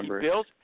bills